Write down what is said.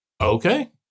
Okay